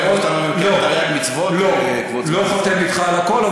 אתה חותם איתי על הכול?